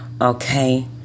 okay